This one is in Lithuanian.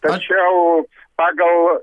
tačiau pagal